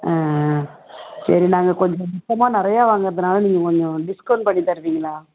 ஆ சரி நாங்கள் கொஞ்சம் மொத்தமாக நிறையா வாங்கிறதுனால நீங்கள் கொஞ்சம் டிஸ்கவுண்ட் பண்ணித் தருவீங்களா